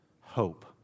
Hope